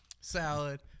salad